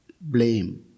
blame